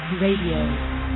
RADIO